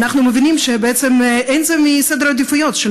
אנחנו מבינים שזה לא בסדר העדיפויות של